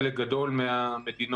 חלק גדול מהמדינות